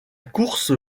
course